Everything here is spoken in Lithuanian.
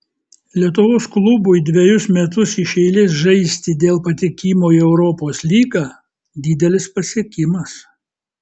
lietuvos klubui dvejus metus iš eilės žaisti dėl patekimo į europos lygą didelis pasiekimas